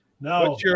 No